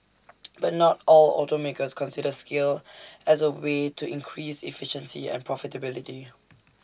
but not all automakers consider scale as A way to increased efficiency and profitability